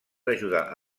ajudar